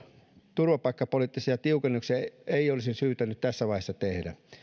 turvapaikkapoliittisia tiukennuksia ei ei olisi syytä nyt tässä vaiheessa tehdä